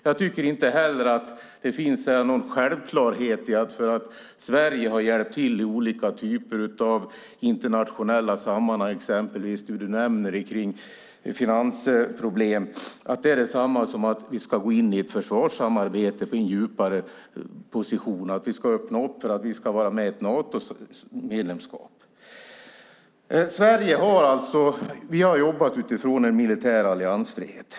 Inte heller tycker jag att det är en självklarhet att bara för att Sverige hjälpt till i olika internationella sammanhang, exempelvis med finansproblemen, ska vi därmed gå in i ett försvarssamarbete på ett djupare plan, att vi ska ha uppnått det för att få Natomedlemskap. I Sverige har vi jobbat utifrån militär alliansfrihet.